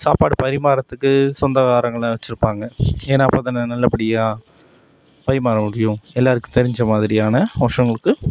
சாப்பாடு பரிமாறுறத்துக்கு சொந்தக்காரங்களை வச்சிருப்பாங்கள் ஏன்னா அப்போ தான் நல்லபடியாக பரிமாற முடியும் எல்லோருக்கும் தெரிஞ்ச மாதிரியான